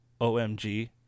OMG